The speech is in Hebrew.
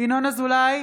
ינון אזולאי,